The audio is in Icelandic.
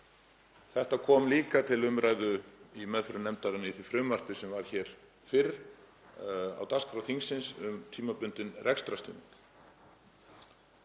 Þetta kom líka til umræðu í meðförum nefndarinnar á því frumvarpi sem var hér fyrr á dagskrá þingsins um tímabundinn rekstrarstuðning.